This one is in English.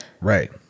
right